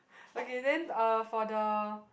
okay then uh for the